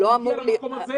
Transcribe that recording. הוא הגיע למקום לפני הסגר.